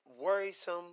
worrisome